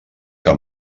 que